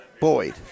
Boyd